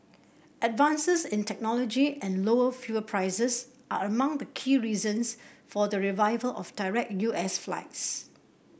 advances in technology and lower fuel prices are among the key reasons for the revival of direct U S flights